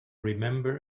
remember